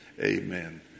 Amen